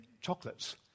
chocolates